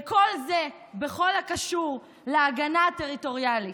וכל זה בכל הקשור להגנה הטריטוריאלית.